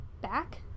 back